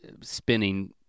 spinning